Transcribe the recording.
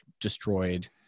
destroyed